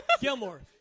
Gilmore